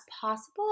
possible